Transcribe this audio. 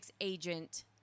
Agent